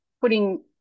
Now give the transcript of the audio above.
putting